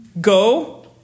Go